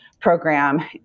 program